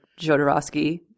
jodorowsky